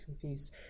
confused